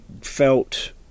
felt